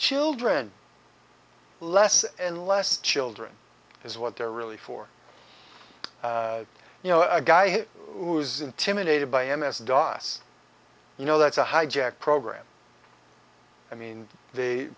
children less and less children is what they're really for you know a guy who's intimidated by him as a dos you know that's a hijack program i mean they